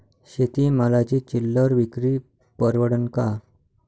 शेती मालाची चिल्लर विक्री परवडन का?